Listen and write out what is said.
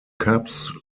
cubs